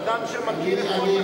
אדם שמכיר את כל מה שקורה שם?